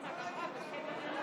כמה הבאת?